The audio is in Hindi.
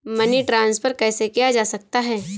मनी ट्रांसफर कैसे किया जा सकता है?